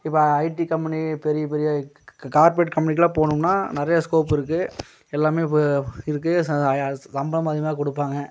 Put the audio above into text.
இப்போ IT company பெரிய பெரிய கார்பேட் கம்பெனிக்குலாம் போனோம்னா நறைய ஸ்கோப் இருக்குது எல்லாமே இருக்குது சம்பளம் அதிகமாக கொடுப்பாங்க